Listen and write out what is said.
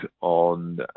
on